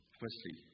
firstly